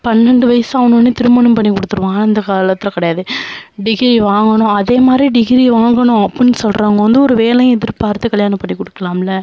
பன்னெண்டு வயசு ஆனோடன்னே திருமணம் பண்ணி கொடுத்துருவோம் ஆனால் இந்த காலத்தில் கிடையாது டிகிரி வாங்கணும் அதேமாதிரி டிகிரி வாங்கணும் அப்பட்னு சொல்கிறவங்க வந்து ஒரு வேலையும் எதிர்பார்த்து கல்யாணம் பண்ணிக்கொடுக்கலாம்ல